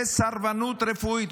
זה סרבנות רפואית.